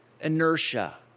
inertia